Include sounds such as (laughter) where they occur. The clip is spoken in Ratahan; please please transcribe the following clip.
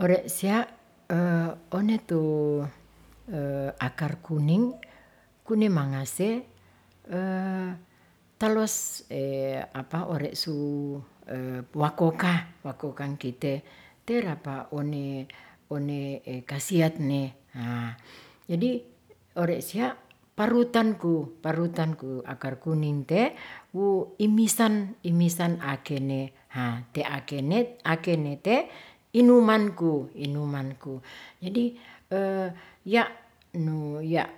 Ore' sia' one tu akar kuning kunemangase (hesitation) taluas ore'su wakoka, wakokang kite tera pa one, one kasiat ne. Jadi ore' sia parutanku, parutanku akar kuning te imisan akene, haa te akene akenete inumanku, jadi ya' nu ya